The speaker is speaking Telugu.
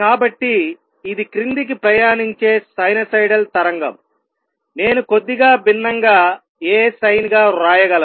కాబట్టి ఇది క్రిందికి ప్రయాణించే సైనూసోయిడల్ తరంగంనేను కొద్దిగా భిన్నంగా A sin గా వ్రాయగలను